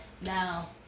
now